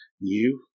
new